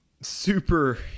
super